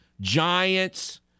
Giants